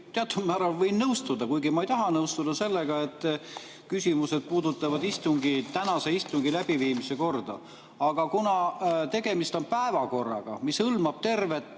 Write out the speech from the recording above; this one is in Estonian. teatud määral võin nõustuda – kuigi ma ei taha nõustuda – sellega, et küsimused [peaksid] puudutama tänase istungi läbiviimise korda. Aga kuna tegemist on päevakorraga, mis hõlmab tervet